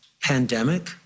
pandemic